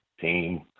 team